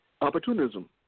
Opportunism